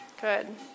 Good